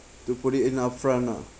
to put it in upfront lah